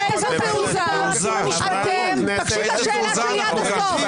באיזו תעוזה אתם --------- תקשיב לשאלה שלי עד הסוף.